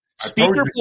speaker